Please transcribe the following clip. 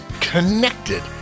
connected